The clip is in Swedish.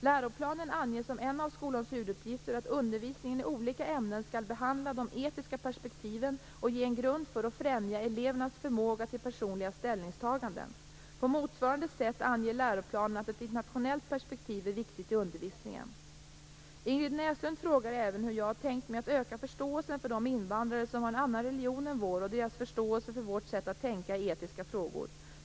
Läroplanen anger som en av skolans huvuduppgifter, att undervisningen i olika ämnen skall behandla de etiska perspektiven och ge en grund för och främja elevernas förmåga till personliga ställningstaganden. På motsvarande sätt anger läroplanen att ett internationellt perspektiv är viktigt i undervisningen. Ingrid Näslund frågar även hur jag har tänkt mig att öka förståelsen för de invandrare som har en annan religion än vår och deras förståelse för vårt sätt att tänka i etiska frågor.